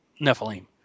Nephilim